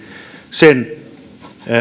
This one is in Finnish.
sen